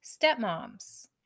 stepmoms